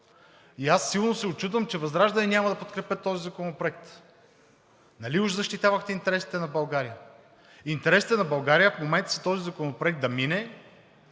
Аз силно се учудвам, че ВЪЗРАЖДАНЕ няма да подкрепят този законопроект. Нали уж защитавахте интересите на България?! Интересите на България в момента са този законопроект да мине